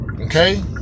okay